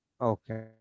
Okay